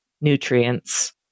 nutrients